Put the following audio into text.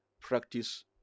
practice